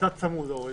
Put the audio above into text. קצת צמוד איך